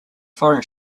foreign